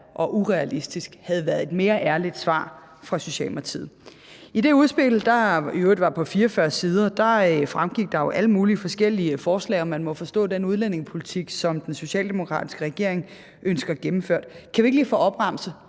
og urealistisk« havde været et mere ærligt svar fra Socialdemokratiet. I det udspil, der i øvrigt er på 44 sider, fremgik der alle mulige forskellige forslag og, må man forstå, den udlændingepolitik, som den socialdemokratiske regering ønsker gennemført. Kan vi ikke lige få opremset,